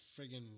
friggin